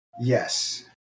Yes